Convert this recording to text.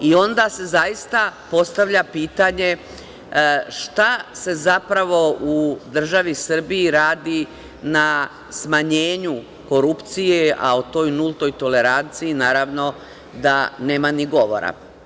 Onda se zaista postavlja pitanje – šta se zapravo u državi Srbiji radi na smanjenju korupcije, a toj nultoj toleranciji, naravno, da nema ni govora?